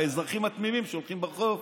לאזרחים התמימים שהולכים ברחוב.